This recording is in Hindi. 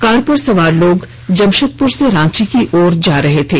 कार पर सवार लोग जमशेदपुर से रांची की ओर जा रहे थे